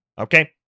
Okay